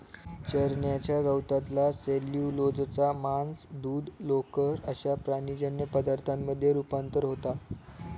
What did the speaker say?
चरण्याच्या गवतातला सेल्युलोजचा मांस, दूध, लोकर अश्या प्राणीजन्य पदार्थांमध्ये रुपांतर होता